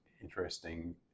interesting